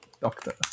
Doctor